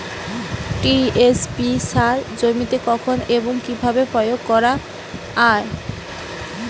TSP সার জমিতে কখন এবং কিভাবে প্রয়োগ করা য়ায়?